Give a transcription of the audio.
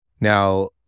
Now